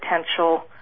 potential